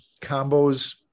combos